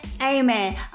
Amen